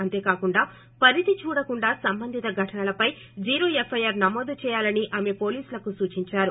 అంతేకాకుండా పరిధి చూడకుండా సంబంధిత ఘటనలపై జీరో ఎఫ్ఐఆర్ నమోదు చేయాలని ఆమె పోలీసులకు సూచించారు